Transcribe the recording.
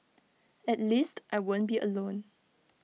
at least I won't be alone